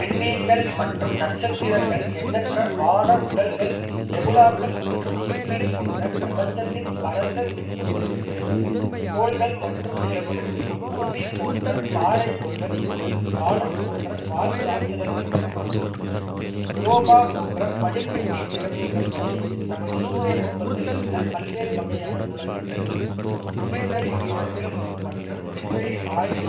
விண்மீன்கள் மற்றும் நட்சத்திரங்கள் எண்ணற்ற வான உடல்கள், நெபுலாக்கள் மற்றும் விண்மீன்கள் கொண்ட பிரபஞ்சத்தின் பரந்த, மின்னும் விரிவு. கோள்கள் மற்றும் நிலவுகள் பூமி போன்ற பாறைக் கோள்கள் முதல் வியாழன் போன்ற வாயு ராட்சதர்கள் மற்றும் யூரோபா போன்ற பனிக்கட்டி நிலவுகள் வரை நமது சூரிய குடும்பத்தில் உள்ள பல்வேறு வகையான உலகங்கள். விண்வெளி வீரர்கள் மற்றும் விண்வெளி ஆய்வு